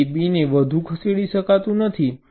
તેથી B ને વધુ ખસેડી શકાતું નથી